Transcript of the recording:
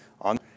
on